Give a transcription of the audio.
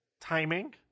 timing